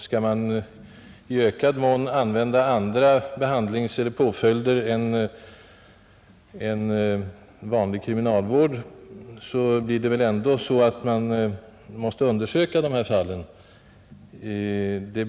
Skall man i ”psykiatriska fall” i ökad mån använda andra påföljder än vanlig kriminalvård, måste man väl då först undersöka dessa fall.